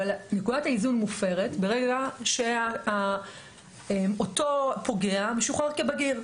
אבל נקודת האיזון מופרת ברגע שאותו פוגע משוחרר כבגיר,